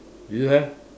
do you have